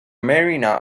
marina